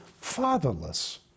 fatherless